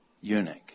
eunuch